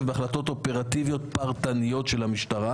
בהחלטות אופרטיביות פרטניות של המשטרה.